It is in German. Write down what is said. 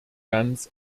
ganz